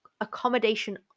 accommodation